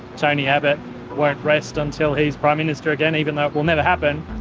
tony abbott won't rest until he's prime minister again, even though it will never happen.